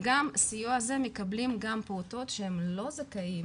וגם הסיוע הזה מקבלים גם פעוטות שהם לא זכאים